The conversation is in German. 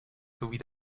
sowie